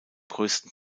größten